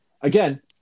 Again